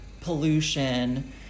pollution